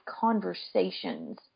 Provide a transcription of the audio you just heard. conversations